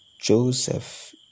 Joseph